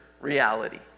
reality